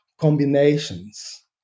combinations